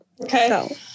Okay